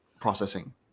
processing